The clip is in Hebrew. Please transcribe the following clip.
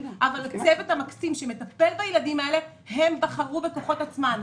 אבל הצוות המקסים שמטפל בילדים האלה בחר בהם בכוחות עצמו.